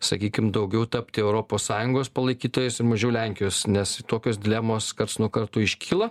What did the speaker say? sakykim daugiau tapti europos sąjungos palaikytojais mažiau lenkijos nes tokios dilemos karts nuo karto iškyla